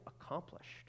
accomplished